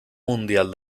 mundial